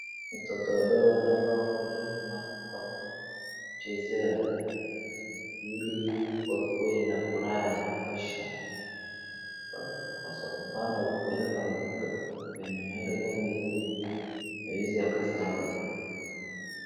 Watoto wadogo wanafaa wapelekwe mahali pa kuchezea ili wakuwe na furaha ya kutosha, kwa maana ukipeleka mtoto mahali kama hizi hawezi akasahau.